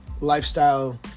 lifestyle